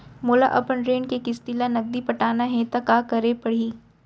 मोला अपन ऋण के किसती ला नगदी पटाना हे ता का करे पड़ही?